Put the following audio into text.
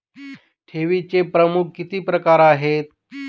ठेवीचे प्रमुख किती प्रकार आहेत?